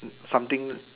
something